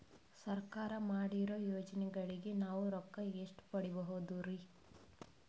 ಸರ್ಕಾರ ಮಾಡಿರೋ ಯೋಜನೆಗಳಿಗೆ ನಾವು ರೊಕ್ಕ ಎಷ್ಟು ಪಡೀಬಹುದುರಿ?